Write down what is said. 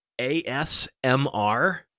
ASMR